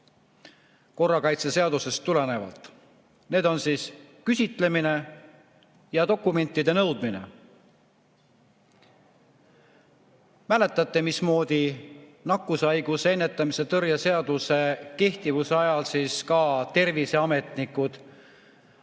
korrakaitseseadusest tulenevalt? Need on: küsitlemine ja dokumentide nõudmine. Mäletate, mismoodi nakkushaiguste ennetamise ja tõrje seaduse kehtivuse ajal ka terviseametnikud